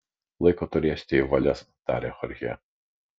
laiko turėsite į valias tarė chorchė